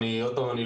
שלום רב, תודה רבה.